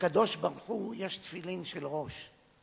שלקדוש-ברוך-הוא יש תפילין של ראש.